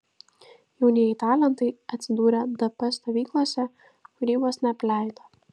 jaunieji talentai atsidūrę dp stovyklose kūrybos neapleido